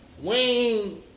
Wayne